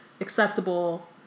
acceptable